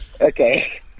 Okay